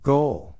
Goal